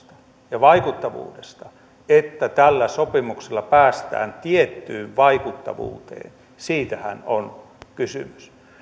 ja vaikuttavuudesta siitä että tällä sopimuksella päästään tiettyyn vaikuttavuuteen siitähän on